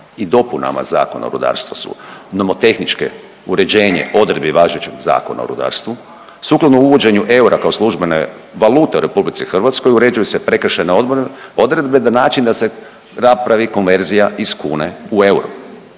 i dopunama Zakona o rudarstvu su nomotehničke, uređenje odredbi važećeg Zakona o rudarstvu sukladno uvođenju eura kao službene valute u RH uređuju se prekršajne odredbe na način da se napravi konverzija iz kune u euro.